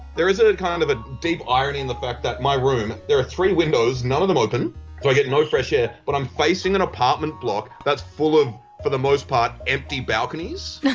there is a kind of a deep irony in the fact that in my room there are three windows, none of them open, so i get no fresh air, but i'm facing an apartment block that's full of for the most part empty balconies. yeah